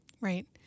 Right